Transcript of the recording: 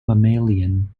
mammalian